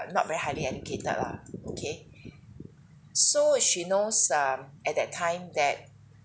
uh not very highly educated lah okay so she knows um at that time that